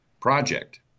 project